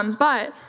um but,